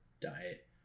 diet